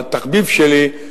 התחביב שלי,